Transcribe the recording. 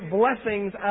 blessings